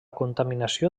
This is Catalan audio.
contaminació